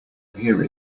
hear